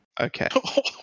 Okay